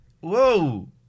whoa